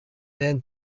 then